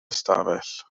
ystafell